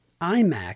iMac